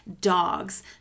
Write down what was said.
dogs